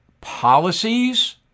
policies